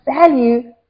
value